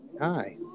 hi